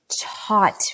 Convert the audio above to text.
taught